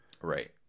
Right